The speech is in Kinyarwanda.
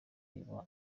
iba